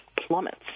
plummets